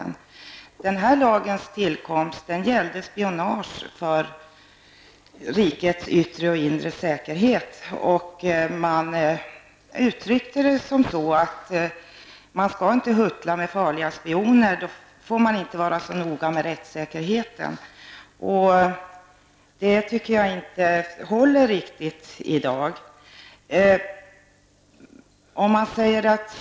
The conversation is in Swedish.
När tvångsmedelslagen kom till, gällde det spionage och skydd för rikets yttre och inre säkerhet, och man uttryckte sig som så att vi skall inte huttla med farliga spioner. I sådana fall får man inte vara så noga med rättssäkerheten. Det tycker jag inte håller riktigt i dag.